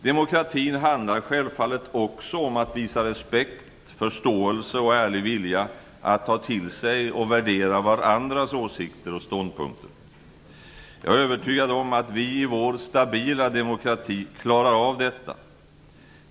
Demokratin handlar självfallet också om att visa respekt, förståelse och ärlig vilja att ta till sig och värdera varandras åsikter och ståndpunkter. Jag är övertygad om att vi i vår stabila demokrati klarar av detta.